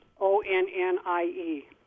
O-N-N-I-E